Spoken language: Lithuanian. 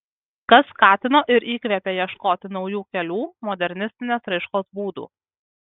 kas skatino ir įkvėpė ieškoti naujų kelių modernistinės raiškos būdų